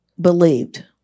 believed